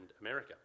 America